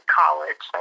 college